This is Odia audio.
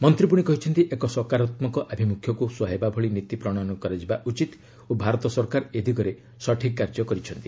ମନ୍ତ୍ରୀ ପୁଣି କହିଛନ୍ତି ଏକ ତକାରାତ୍ମକ ଆଭିମ୍ରଖ୍ୟକ୍ତ ସ୍ରହାଇବା ଭଳି ନୀତି ପ୍ରଣୟନ କରାଯିବା ଉଚିତ୍ ଓ ଭାରତ ସରକାର ଏ ଦିଗରେ ସଠିକ୍ କାର୍ଯ୍ୟ କରିଛନ୍ତି